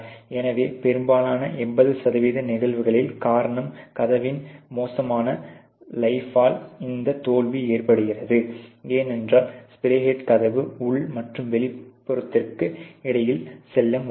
எனவே பெரும்பாலான 80 சதவீத நிகழ்வுகளில் காரணம் கதவின் மோசமான லைப் ஆல் இந்த தோல்வி ஏற்படுகிறது ஏனென்றால் ஸ்ப்ரே ஹெட் கதவு உள் மற்றும் வெளிப்புறத்திற்கு இடையில் செல்ல முடியாது